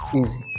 Easy